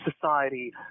society